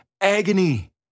agony